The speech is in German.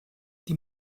die